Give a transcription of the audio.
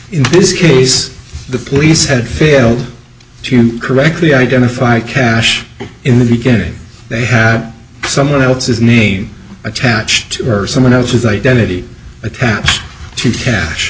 in this case the police had failed to correctly identify cash in the beginning they had someone else's name attached or someone else's identity attached to ca